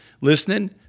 listening